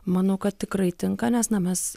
manau kad tikrai tinka nes na mes